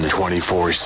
24